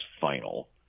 final